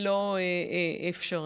לא אפשרי.